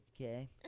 okay